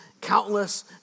countless